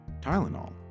Tylenol